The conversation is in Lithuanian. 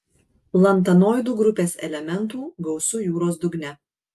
lantanoidų grupės elementų gausu jūros dugne